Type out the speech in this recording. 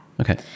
Okay